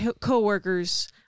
co-workers